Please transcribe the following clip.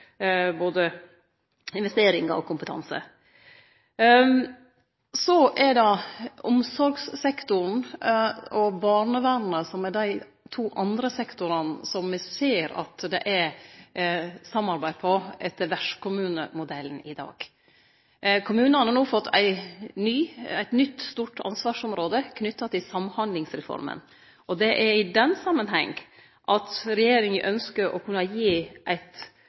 både investeringar og kompetanse. Omsorgssektoren og barnevernet er dei to andre sektorane kor me ser at det er samarbeid etter vertskommunemodellen i dag. Kommunane har no fått eit nytt stort ansvarsområde knytt til Samhandlingsreforma, og det er i den samanhengen at regjeringa ynskjer å